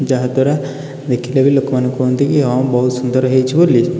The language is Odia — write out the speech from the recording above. ଯାହାଦ୍ୱାରା ଦେଖିଲେ ବି ଲୋକମାନେ କୁହନ୍ତି କି ହଁ ବହୁତ ସୁନ୍ଦର ହେଇଛି ବୋଲି